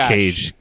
Cage